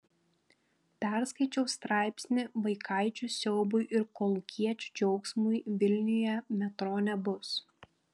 perskaičiau straipsnį vaikaičių siaubui ir kolūkiečių džiaugsmui vilniuje metro nebus